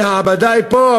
אני האבדאי פה,